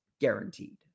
guaranteed